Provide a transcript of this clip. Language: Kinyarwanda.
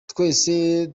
twese